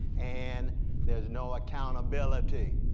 and there's no accountability.